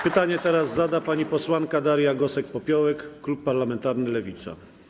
Pytanie zada pani posłanka Daria Gosek-Popiołek, klub parlamentarny Lewica.